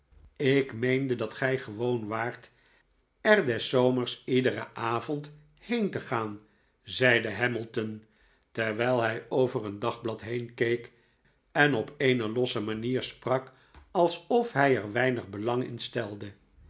ik meende dat gij gewoon waart er des zomers iederen avond heen te gaan zeide hamilton terwijl hij over een dagblad heenkeek en op eene losse manier sprak alsof hij er weinig belang in stelde